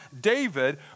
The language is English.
David